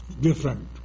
different